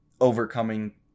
overcoming